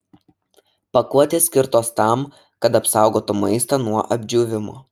pakuotės skirtos tam kad apsaugotų maistą nuo apdžiūvimo